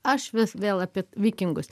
aš vis vėl apie vikingus